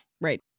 right